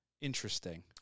interesting